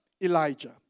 Elijah